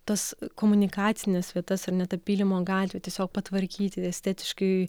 tas komunikacines vietas ar ne tą pylimo gatvę tiesiog patvarkyti estetiškai